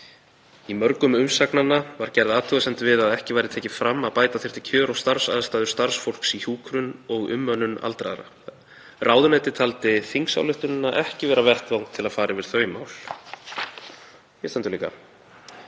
„Í mörgum umsagnanna var gerð athugasemd við að ekki væri tekið fram að bæta þyrfti kjör og starfsaðstæður starfsfólks í hjúkrun og umönnun aldraðra. Ráðuneytið taldi þingsályktunina ekki vera vettvang til að fara yfir þau mál.“ Hér stendur líka